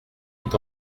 est